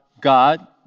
God